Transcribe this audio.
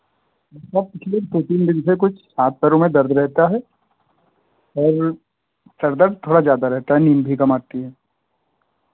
sir पिछले दो तीन दिन से कुछ हाथ पैरों में दर्द रहता है और सर दर्द थोड़ा ज़्यादा रहता है नींद भी कम आती है